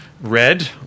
red